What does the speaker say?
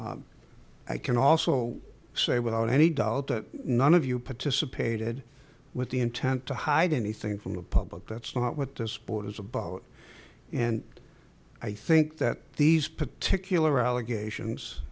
i can also say without any doubt that none of you participated with the intent to hide anything from the public that's not what this sport is about and i think that these particular allegations